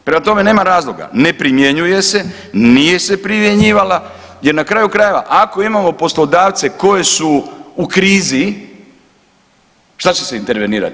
Prema tome, nema razloga, ne primjenjuje se, nije se primjenjivala jer na kraju krajeva ako imamo poslodavce koji su u krizi šta će se intervenirat?